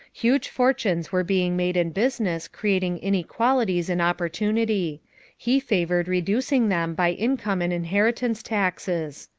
huge fortunes were being made in business creating inequalities in opportunity he favored reducing them by income and inheritance taxes.